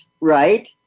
right